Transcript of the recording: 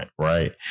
right